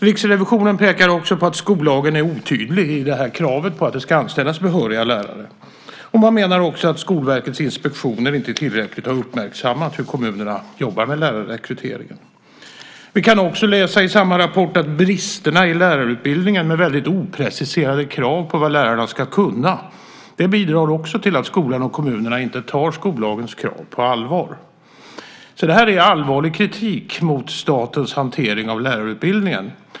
Riksrevisionen pekar också på att skollagen är otydlig i kravet på att det ska anställas behöriga lärare. Man menar också att Skolverkets inspektioner inte tillräckligt har uppmärksammat hur kommunerna jobbar med lärarrekryteringen. Vi kan i samma rapport också läsa att bristerna i lärarutbildningen, med väldigt opreciserade krav på vad lärarna ska kunna, bidrar till att skolan och kommunerna inte tar skollagens krav på allvar. Det här är allvarlig kritik mot statens hantering av lärarutbildningen.